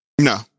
No